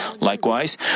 Likewise